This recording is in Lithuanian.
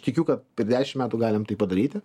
tikiu kad per dešim metų galim tai padaryti